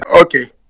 Okay